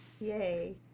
Yay